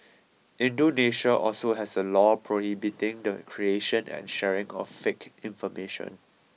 Indonesia also has a law prohibiting the creation and sharing of fake information